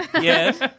Yes